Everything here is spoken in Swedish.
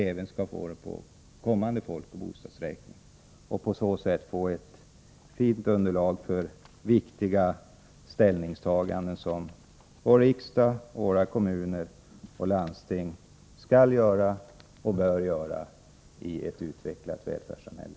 På så sätt hoppas vi få ett bra underlag för viktiga ställningstaganden som vår riksdag och våra kommuner och landsting skall göra och bör göra i ett utvecklat välfärdssamhälle.